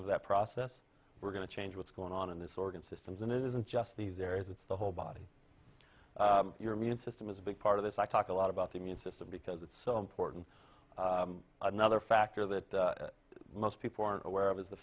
of that process we're going to change what's going on in this organ systems and it isn't just these areas it's the whole body your immune system is a big part of this i talk a lot about the immune system because it's so important another factor that most people aren't aware of is the